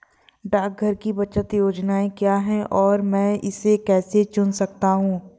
डाकघर की बचत योजनाएँ क्या हैं और मैं इसे कैसे चुन सकता हूँ?